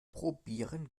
probieren